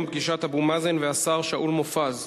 בנושא: פגישת אבו מאזן והשר שאול מופז,